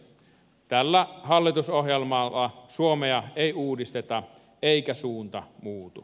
tällä hallitusohjelmalla suomea ei uudisteta eikä suunta muutu